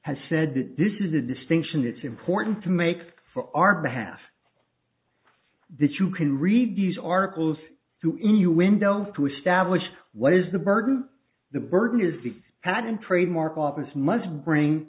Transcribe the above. has said that this is a distinction it's important to make for our behalf that you can read these articles to innuendo to establish what is the burden the burden is the patent trademark office must bring